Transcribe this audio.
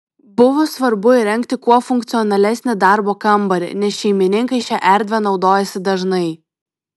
buvo svarbu įrengti kuo funkcionalesnį darbo kambarį nes šeimininkai šia erdve naudojasi dažnai